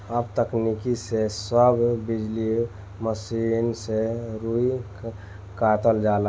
अब तकनीक से सब बिजली मसीन से रुई कातल जाता